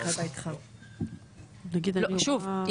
שוב,